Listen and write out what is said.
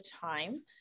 time